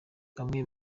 bamwe